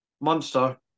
Monster